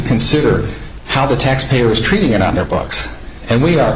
consider how the taxpayer is treating it on their books and we are